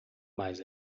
mas